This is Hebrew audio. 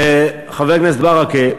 חבר הכנסת ברכה,